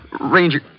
Ranger